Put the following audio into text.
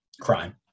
crime